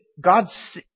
God's